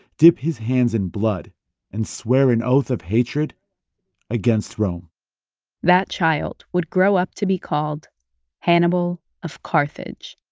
dip his hands in blood and swear an oath of hatred against rome that child would grow up to be called hannibal of carthage